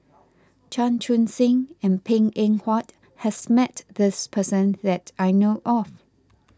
Chan Chun Sing and Png Eng Huat has met this person that I know of